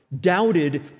doubted